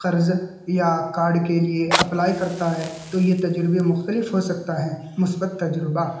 قرض یا کارڈ کے لیے اپلائی کرتا ہے تو یہ تجربے مختلف ہو سکتا ہے مثبت تجربہ